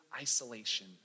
isolation